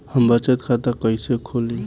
हम बचत खाता कइसे खोलीं?